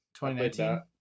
2019